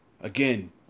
Again